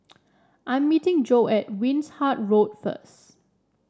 I'm meeting Joe at Wishart Road first